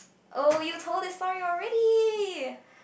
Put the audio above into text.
oh you told the story already